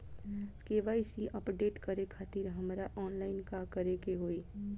KYC update करे खातिर हमरा ऑनलाइन का करे के होई?